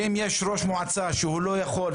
ואם יש ראש מועצה שהוא לא יכול,